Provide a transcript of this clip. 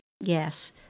Yes